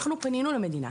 אנחנו פנינו למדינה.